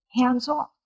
Hands-off